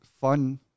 fun